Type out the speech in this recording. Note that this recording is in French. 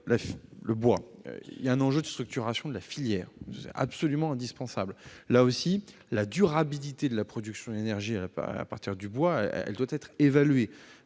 du bois, il y a un enjeu de structuration de la filière. C'est absolument indispensable. La durabilité de la production d'énergie à partir du bois doit être évaluée.